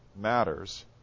matters